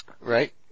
right